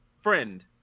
friend